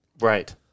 right